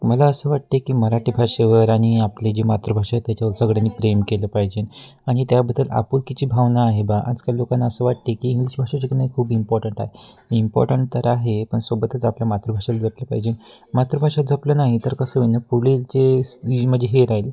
मला असं वाटते की मराठी भाषेवर आणि आपली जी मातृभाषा आहे त्याच्यावर सगळ्यांनी प्रेम केलं पाहिजे आणि त्याबद्दल आपुलकीची भावना आहे बा आजकाल लोकांना असं वाटते की इंग्लिश भाषा शिकणे खूप इम्पॉर्टंट आहे इम्पॉर्टंट तर आहे पण सोबतच आपल्या मातृभाषेला जपलं पाहिजे मातृभाषा जपलं नाही तर कसं होईन पुढील जे म्हणजे हे राहील